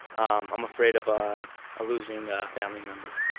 um i'm afraid of ah losing a family member.